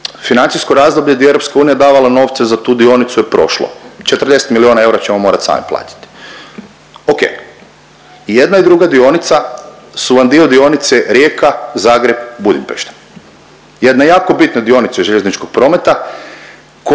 financijsko razdoblje di je EU davala novce za tu dionicu je prošlo. 40 miliona eura ćemo morati sami platiti. Ok. I jedna i druga dionica su vam dio dionice Rijeka-Zagreb-Budimpešta. Jedna jako bitna dionica željezničkog prometa koja